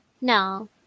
No